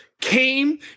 came